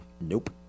Nope